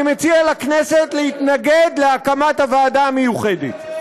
אני מציע לכנסת להתנגד להקמת הוועדה המיוחדת.